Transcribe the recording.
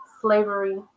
slavery